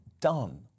done